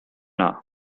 hour